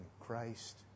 Christ